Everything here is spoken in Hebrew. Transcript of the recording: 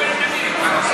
דבר עניינית.